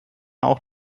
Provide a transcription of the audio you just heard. auch